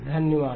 धन्यवाद